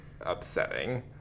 upsetting